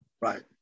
Right